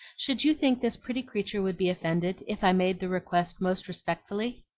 should you think this pretty creature would be offended, if i made the request most respectfully?